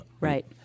Right